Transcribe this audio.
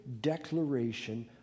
declaration